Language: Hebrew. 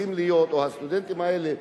או הסטודנטים האלה,